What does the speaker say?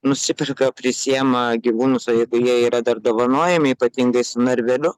nusiperka prisiėma gyvūnus o jeigu jie yra apdovanojami ypatingai su narveliu